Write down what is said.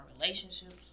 relationships